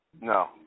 No